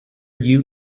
you